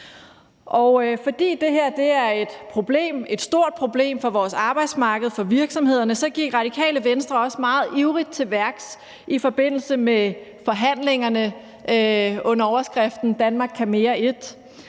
Fordi det her er et stort problem for vores arbejdsmarked og for virksomhederne, gik Radikale Venstre også meget ivrigt til værks i forbindelse med forhandlingerne under overskriften »Danmark kan mere I«,